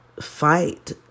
fight